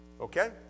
Okay